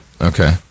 Okay